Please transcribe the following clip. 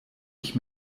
ich